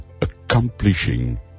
accomplishing